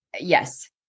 Yes